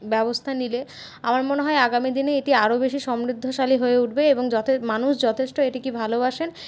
ব্যবস্থা নিলে আমার মনে হয় আগামী দিনে এটি আরও বেশী সমৃদ্ধশালী হয়ে উঠবে এবং মানুষ যথেষ্ট এটিকে ভালোবাসেন